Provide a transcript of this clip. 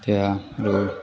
এতিয়া আৰু